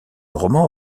roman